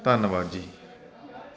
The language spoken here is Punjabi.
ਧੰਨਵਾਦ ਜੀ